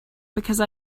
because